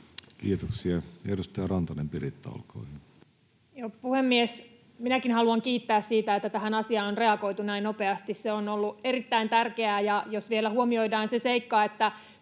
Kiitoksia. — Edustaja Rantanen, Piritta, olkaa hyvä. Puhemies! Minäkin haluan kiittää siitä, että tähän asiaan on reagoitu näin nopeasti. Se on ollut erittäin tärkeää. Jos vielä huomioidaan se seikka, että